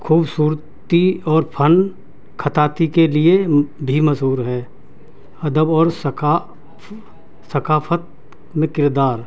خوبصورتی اور فن خطاطی کے لیے بھی مشہور ہے ادب اور سقا ثقافت میں کردار